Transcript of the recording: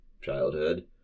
childhood